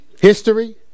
History